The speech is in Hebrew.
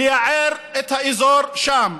לייער את האזור שם.